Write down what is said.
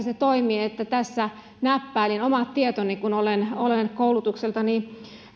se toimii että tässä näppäilin omat tietoni olen olen koulutukseltani